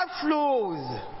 flows